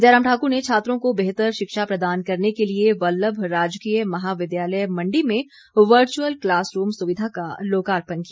जयराम ठाक्र ने छात्रों को बेहतर शिक्षा प्रदान करने के लिए वल्लभ राजकीय महाविद्यालय मंडी में वर्च्यअल क्लास रूम सुविधा का लोकार्पण किया